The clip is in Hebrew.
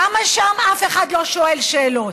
למה שם אף אחד לא שואל שאלות?